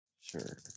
Sure